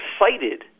excited